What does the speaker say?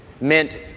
meant